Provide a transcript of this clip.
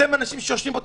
אתם האנשים שיושבים פה,